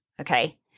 Okay